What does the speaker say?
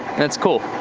that's cool.